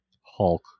Hulk